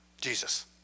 Jesus